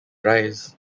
rise